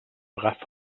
agafa